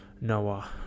noah